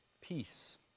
peace